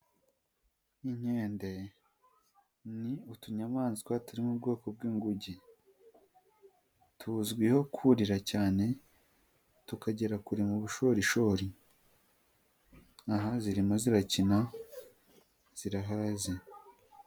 Inkende ni utunyamaswa turi mu bwoko bw'inguge. Tuzwiho kurira cyane tukagera kure mu bushorishori, aha zirimo zirakina, zirahaze.